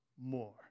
more